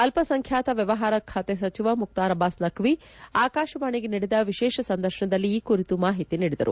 ಅಲ್ಲಸಂಖ್ಯಾತ ವ್ಯವಹಾರ ಸಚಿವ ಮುಕ್ತಾರ್ ಅಬ್ಲಾಸ್ ನಖ್ಖಿ ಆಕಾಶವಾಣಿಗೆ ನೀಡಿದ ವಿಶೇಷ ಸಂದರ್ತನದಲ್ಲಿ ಈ ಕುರಿತು ಮಾಹಿತಿ ನೀಡಿದರು